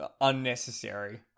unnecessary